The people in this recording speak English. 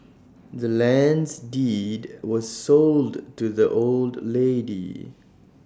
the land's deed was sold to the old lady